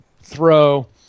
throw